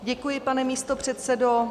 Děkuji, pane místopředsedo.